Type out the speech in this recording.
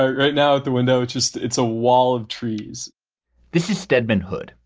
ah right now at the window? it's just it's a wall of trees this is steadman hood.